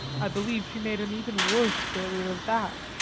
i believe she made an even worse failure of that.